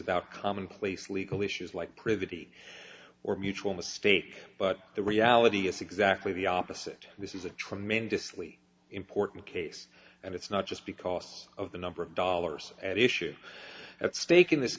about commonplace legal issues like privity or mutual mistake but the reality is exactly the opposite this is a tremendously important case and it's not just because of the number of dollars at issue at stake in this